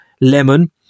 lemon